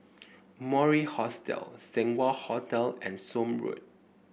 Mori Hostel Seng Wah Hotel and Somme Road